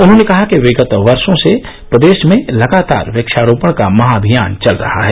उन्होंने कहा कि विगत वर्षो से प्रदेश में लगातार वक्षारोपण का महाभियान चल रहा है